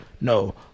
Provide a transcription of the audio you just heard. no